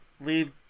leave